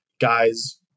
guys